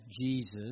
Jesus